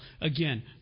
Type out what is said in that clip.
Again